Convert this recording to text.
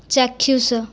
ଚାକ୍ଷୁଷ